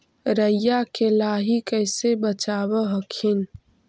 राईया के लाहि कैसे बचाब हखिन?